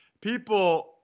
People